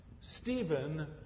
Stephen